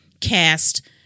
cast